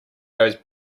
goes